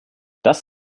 das